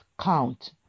count